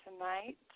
tonight